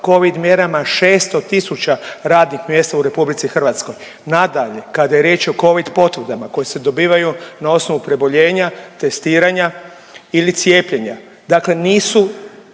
Covid mjerama 600 tisuća radnih mjesta u RH. Nadalje, kada je riječ o Covid potvrdama koje se dobivaju na osnovu preboljenja, testiranja ili cijepljenja, dakle, nisu